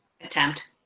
attempt